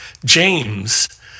James